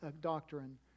doctrine